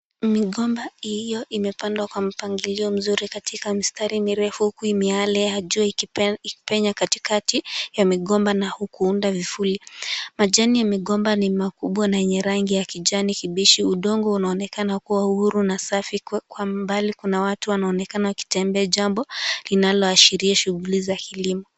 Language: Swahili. Migomba hii inaonekana kupandwa katika mistari mirefu huku miale ya jua ikipenya katikati ya migomba na kuunda vifuli. Majani ya migomba ni makubwa na yenye rangi kijani kibichi. Udongo unaonekana kuwa huru na safi. Kwa umbali kuna watu wanaoonekana kutembea linaloashiria shughuli za kilimo.